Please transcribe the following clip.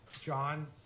john